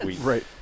right